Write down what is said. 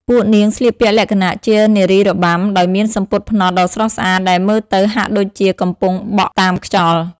ពួកនាងស្លៀកពាក់លក្ខណៈជា នារីរបាំ ដោយមានសំពត់ផ្នត់ដ៏ស្រស់ស្អាតដែលមើលទៅហាក់ដូចជាកំពុងបក់តាមខ្យល់។